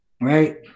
right